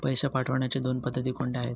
पैसे पाठवण्याच्या दोन पद्धती कोणत्या आहेत?